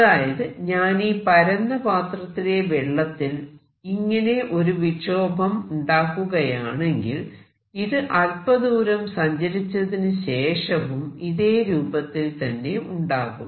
അതായത് ഞാനീ പരന്ന പത്രത്തിലെ വെള്ളത്തിൽ ഇങ്ങനെ ഒരു വിക്ഷോഭം ഉണ്ടാക്കുകയാണെങ്കിൽ ഇത് അല്പദൂരം സഞ്ചരിച്ചതിനുശേഷവും ഇതേ രൂപത്തിൽ തന്നെ ഉണ്ടാകും